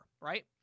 right